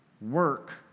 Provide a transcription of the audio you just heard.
Work